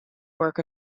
work